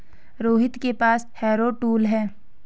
रोहित के पास harrow tool है